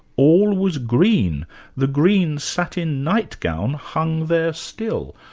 all was green the green satin nightgown hung there still.